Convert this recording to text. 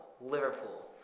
Liverpool